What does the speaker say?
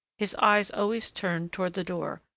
his eyes always turned toward the door,